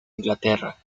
inglaterra